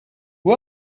who